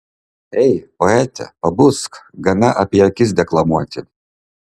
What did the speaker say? ei poete pabusk gana apie akis deklamuoti